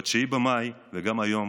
ב-9 במאי, וגם היום,